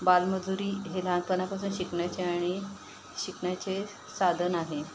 बालमजुरी हे लहानपणापासून शिकण्याचे आणि शिकण्याचे साधन आहे